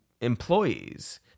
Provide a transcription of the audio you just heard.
employees